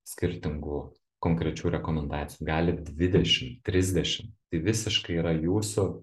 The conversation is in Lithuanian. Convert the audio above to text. skirtingų konkrečių rekomendacijų galit dvidešim trisdešim tai visiškai yra jūsų